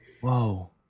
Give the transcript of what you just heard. Whoa